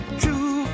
true